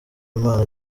impano